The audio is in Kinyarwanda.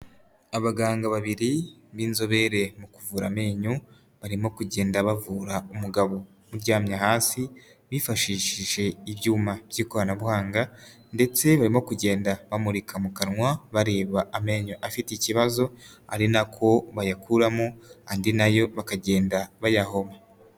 Abaganga babiri b'inzobere mu kuvura amenyo, barimo kugenda bavura umugabo uryamye hasi, bifashishije ibyuma by'ikoranabuhanga, ndetse barimo kugenda bamurika mu kanwa bareba amenyo afite ikibazo, ari nako bayakuramo andi nayo bakagenda bayahoba.